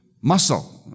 muscle